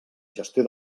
gestió